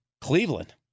Cleveland